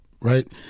right